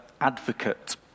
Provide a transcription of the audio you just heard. advocate